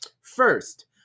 First